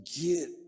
get